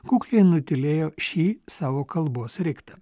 kukliai nutylėjo šį savo kalbos riktą